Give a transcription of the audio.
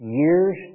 years